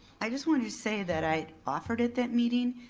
i just wanna say that i'd offered at that meeting,